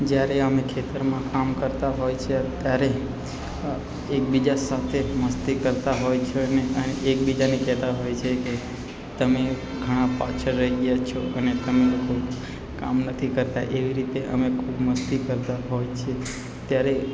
જ્યારે અમે ખેતરમાં કામ કરતાં હોય છે ત્યારે એકબીજા સાથે મસ્તી કરતાં હોય છીએ અને એકબીજાને કહેતા હોય છે કે તમે ઘણા પાછળ રહી ગયા છો અને તમે લોકો કામ નથી કરતાં એવી રીતે અમે ખૂબ મસ્તી કરતા હોય છીએ ત્યારે